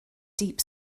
deep